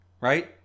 Right